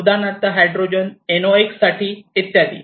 उदाहरणार्थ हायड्रोजन एनओएक्ससाठी इत्यादी